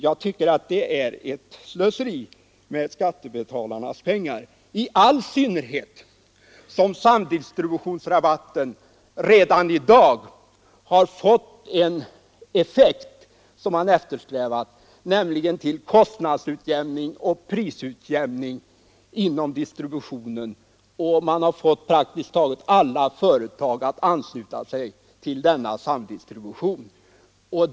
Det tycker jag är slöseri med skattebetalarnas pengar — i all synnerhet som samdistributionsrabatten redan i dag har fått den effekt man eftersträvat, nämligen en kostnadsutjämning och prisutjämning inom distributionen. Man har också fått praktiskt taget alla företag att ansluta sig till denna samdistribution.